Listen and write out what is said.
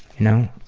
y'know?